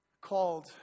called